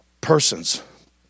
persons